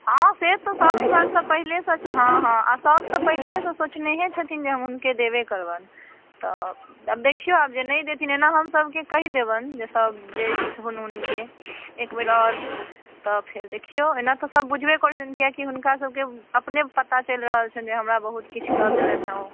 हँ से तऽ सब एमहरसँ पहिले सऽ छनि हँ हँ सब तऽ पहिलहेसँ सोचनहे छथिन जे हुनके देबे करबनि तऽ देखिऔ आबजे नहि देथिन एना हम सबके कहि देबनि सब दइ हुन हुनके एकबेर आओर तऽ फेर देखिऔ एना तऽ सब बुझबे करैत छथिन किएकि हुनका सबके अपने पता चलि रहल छनि जे हमरा बहुत किछु कऽ देलनि हँ ओ